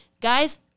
Guys